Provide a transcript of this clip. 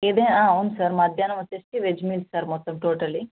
ఏదై అవును సార్ మధ్యాహ్నం వచ్చేసి వెజ్ మీల్స్ సార్ మొత్తం టోటలీ